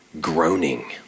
groaning